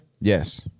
Yes